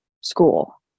school